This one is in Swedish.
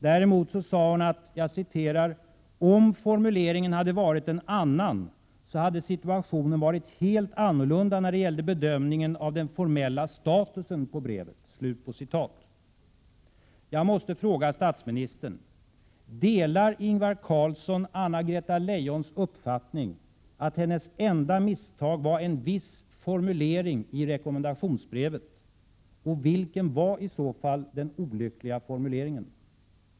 Däremot sade hon att ”om formuleringen hade varit en annan så hade situationen varit helt annorlunda när det gällde bedömningen av den formella statusen på brevet”. Jag måste fråga statsministern: Delar Ingvar Carlsson Anna-Greta Leijons uppfattning att hennes enda misstag var en viss formulering i rekommendationsbrevet? Och vilken var i så fall den olyckliga formuleringen?